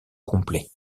complet